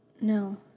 No